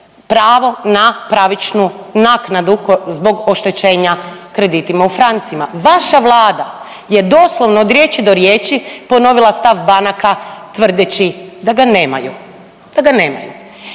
pravo na pravičnu naknadu zbog oštećenja kreditima u francima. Vaša Vlada je doslovno od riječi do riječi ponovila stav banaka tvrdeći da ga nemaju, da ga nemaju.